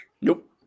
Nope